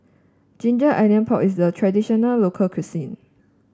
Ginger Onions Pork is a traditional local cuisine